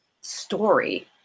story